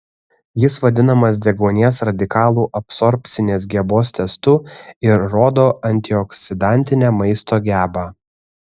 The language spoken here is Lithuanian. jis vadinamas deguonies radikalų absorbcinės gebos testu ir rodo antioksidantinę maisto gebą